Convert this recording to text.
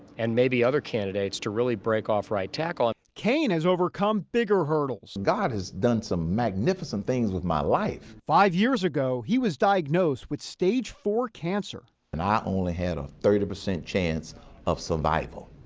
and maybe other candidates to really break off right tackle. and cain has overcome bigger hurdles. god has done some magnificent things with my life. five years ago, he was diagnosed with stage four cancer. and i only had a thirty percent chance of survival.